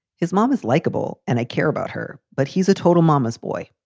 his mom is likable and i care about her. but he's a total mama's boy.